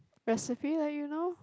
recipe like you know